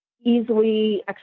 easily